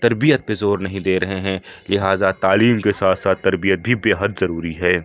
تربیت پہ زور نہیں دے رہے ہیں لہٰذا تعلیم کے ساتھ ساتھ تربیت بھی بےحد ضروری ہے